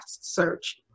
search